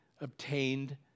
obtained